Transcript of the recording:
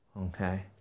Okay